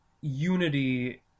Unity